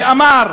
ואמר: